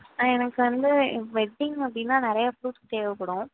எனக்கு வந்து இப்போ வெட்டிங் அப்படின்னா நிறையா ஃப்ரூட்ஸ் தேவைப்படும்